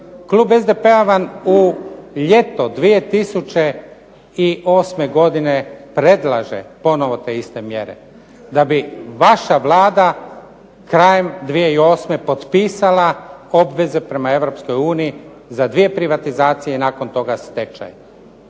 Klub SDP-a vam u ljeto 2008. godine predlaže ponovno te iste mjere. Da bi vaša Vlada krajem 2008. potpisala obveze prema EU za 2 privatizacije i nakon toga stečaj.